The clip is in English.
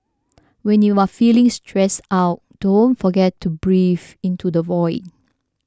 when you are feeling stressed out don't forget to breathe into the void